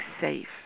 safe